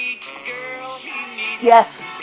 yes